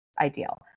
ideal